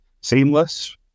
seamless